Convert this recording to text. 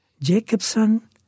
Jacobson